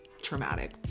traumatic